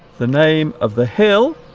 the name of the hill